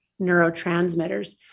neurotransmitters